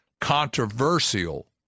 controversial